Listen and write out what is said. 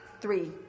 Three